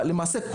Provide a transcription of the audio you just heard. למעשה,